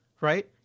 right